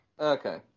Okay